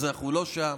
אז אנחנו לא שם.